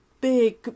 big